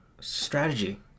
Strategy